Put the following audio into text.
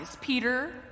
Peter